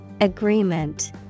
Agreement